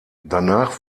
danach